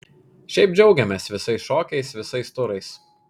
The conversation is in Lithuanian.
šiaip džiaugiamės visais šokiais visais turais